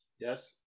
yes